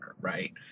right